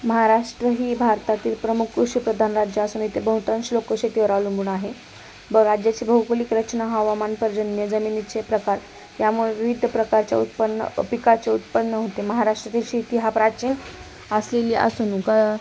महाराष्ट्र ही भारतातील प्रमुख कृषिप्रधान राज्य असून इतेे बहतांश लोक शेतीवर अवलंबून आहे ब राज्याची भौगोलिक रचना हवामान पर्जन्य जमिनीचे प्रकार यामुळे विविध प्रकारच्या उत्पन्न पिकाचे उत्पन्न होते महाराष्ट्रातील शेती हा प्राचीन असलेली असून का